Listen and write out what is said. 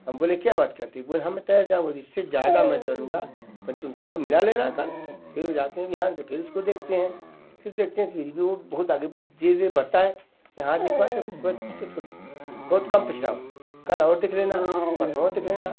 हम बोले क्या बात करते हो बोले हाँ मैं तैर जाऊँगा और इससे ज़्यादा मैं तैरूँगा पर तुम चलो मिला लेना कल फिर वो जाते है अब यहाँ से फिर इसको देखते हैं फिर देखते हैं फिर भी वो बहुत आगे धीरे धीरे बढ़ता है कि हाँ देखो आ कर थोड़ा तुम से बहुत कम पिछड़ा हूँ कल और देख लेना परसों और देख लेना